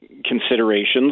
considerations